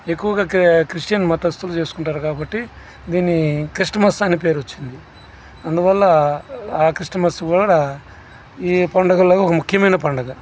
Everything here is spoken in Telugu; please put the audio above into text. ఎక్కువగా క్రి క్రిస్టియన్ మతస్తులు చేసుకుంటారు కాబట్టి దీన్ని క్రిస్టమస్ అని పేరు వచ్చింది అందువల్ల ఆ క్రిస్టమస్ కూడా ఈ పండుగల్లో ఒక ముఖ్యమైన పండుగ